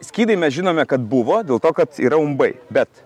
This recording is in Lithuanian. skydai mes žinome kad buvo dėl to kad ir umbai bet